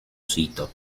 sito